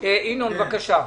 ינון, בבקשה.